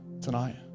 tonight